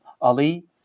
Ali